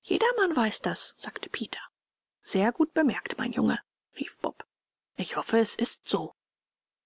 jedermann weiß das sagte peter sehr gut bemerkt mein junge rief bob ich hoffe s ist so